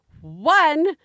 One